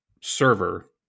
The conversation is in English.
server